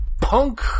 punk